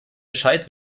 bescheid